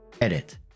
Edit